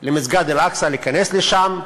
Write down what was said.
למסגד אל-אקצא, להיכנס לשם,